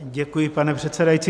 Děkuji, pane předsedající.